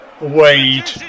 Wade